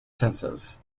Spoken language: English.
senses